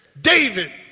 David